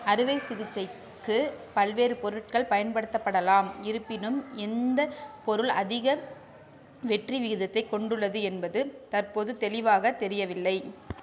அறுவை சிகிச்சைக்கு பல்வேறு பொருட்கள் பயன்படுத்தப்படலாம் இருப்பினும் எந்த பொருள் அதிக வெற்றி விகிதத்தைக் கொண்டுள்ளது என்பது தற்போது தெளிவாகத் தெரியவில்லை